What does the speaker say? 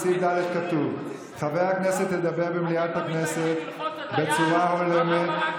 אבל בסעיף (ד) כתוב: "חבר הכנסת ידבר במליאת הכנסת בצורה הולמת,